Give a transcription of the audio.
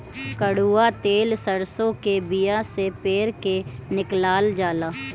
कड़ुआ तेल सरसों के बिया से पेर के निकालल जाला